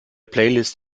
playlist